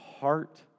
heart